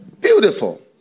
Beautiful